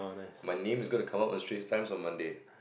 my name is gonna to cover on Strait-Times on Monday